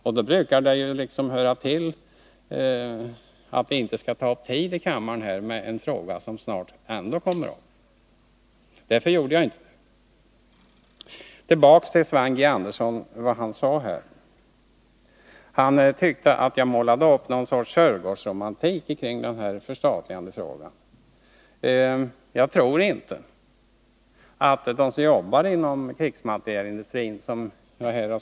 Det är brukligt att man inte tar upp tid i kammaren med en fråga som snart ändå kommer upp, och därför gick jag inte in på dessa villkor. Låt mig gå tillbaka till vad Sven Andersson sade. Han tyckte att jag målade upp ett slags Sörgårdsromantik kring de aktuella förstatligandefrågorna. Som jag påpekade tidigare är det ganska många som jobbar inom krigsmaterielindustrin.